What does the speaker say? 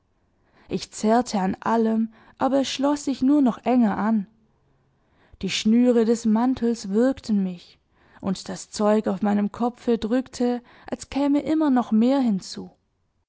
ich zerrte an allem aber es schloß sich nur noch enger an die schnüre des mantels würgten mich und das zeug auf meinem kopfe drückte als käme immer noch mehr hinzu